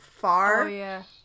far